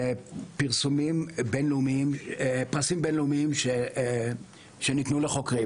פרסים בין-לאומיים שניתנו לחוקרים,